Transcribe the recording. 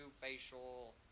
facial